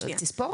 תספורת?